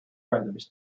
brothers